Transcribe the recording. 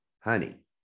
honey